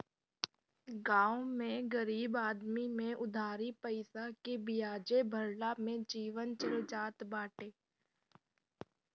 गांव में गरीब आदमी में उधारी पईसा के बियाजे भरला में जीवन चल जात बाटे